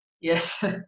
Yes